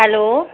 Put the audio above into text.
hello